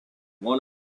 one